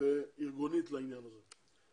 וארגונית לעניין הזה.